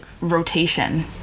rotation